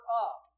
up